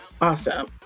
Awesome